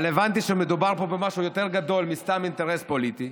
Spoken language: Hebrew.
אבל הבנתי שמדובר פה במשהו יותר גדול מסתם אינטרס פוליטי.